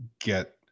get